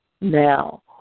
now